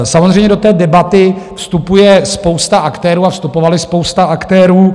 Samozřejmě do debaty vstupuje spousta aktérů a vstupovaly spousty aktérů.